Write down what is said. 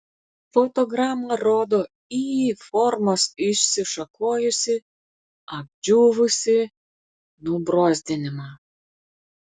fotograma rodo y formos išsišakojusį apdžiūvusį nubrozdinimą